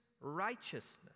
righteousness